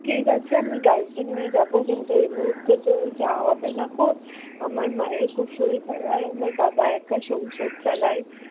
ঠিক আছে আমি গার্জেন নিয়ে যাব কিন্তু এই মুহূর্তে তো যাওয়া হবে না কো আমার মায়ের খুব শরীর আর আমার বাবা একা সংসার চালায়